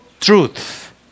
Truth